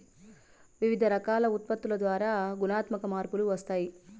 వివిధ రకాల ఉత్పత్తుల ద్వారా గుణాత్మక మార్పులు వస్తాయి